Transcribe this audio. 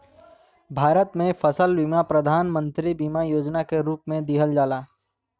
भारत में फसल बीमा प्रधान मंत्री बीमा योजना के रूप में दिहल जाला